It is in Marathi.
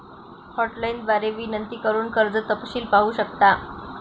हॉटलाइन द्वारे विनंती करून कर्ज तपशील पाहू शकता